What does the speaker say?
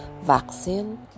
vaccine